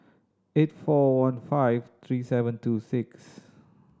eight four one five three seven two six